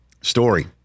story